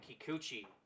Kikuchi